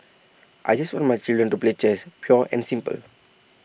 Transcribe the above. I just want my children to play chess pure and simple